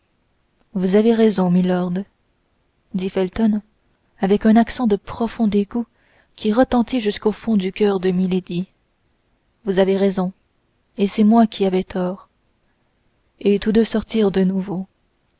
vous avez raison milord dit felton avec un accent de profond dégoût qui retentit jusqu'au fond du coeur de milady vous avez raison et c'est moi qui avais tort et tous deux sortirent de nouveau